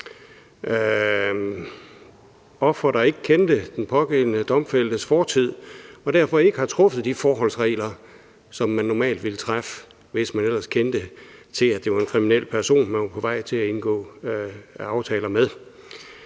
ofre, der ikke kender den pågældende domfældtes fortid og derfor ikke har truffet de forholdsregler, som man normalt ville træffe, hvis man ellers kendte til, at det var en kriminel person, man var på vej til at indgå aftaler med.